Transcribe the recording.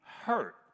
hurt